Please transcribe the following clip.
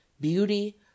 beauty